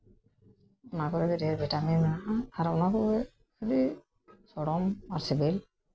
ᱚᱱᱟ ᱠᱚᱨᱮ ᱜᱮ ᱰᱷᱮᱨ ᱵᱷᱤᱴᱟᱢᱤᱱ ᱢᱮᱱᱟᱜᱼᱟ ᱟᱨ ᱚᱱᱟ ᱫᱚ ᱵᱚᱞᱮ ᱥᱚᱲᱚᱢ ᱟᱨ ᱥᱤᱵᱤᱞ